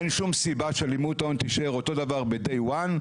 אין שום סיבה שהלימות ההון תישאר אותו דבר בדיי וואן,